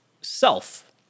self